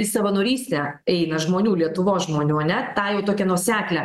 į savanorystę eina žmonių lietuvos žmonių ane tą jau tokią nuoseklią